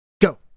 Go